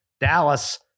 Dallas